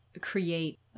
create